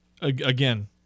again